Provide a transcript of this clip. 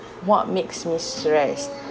what makes me stressed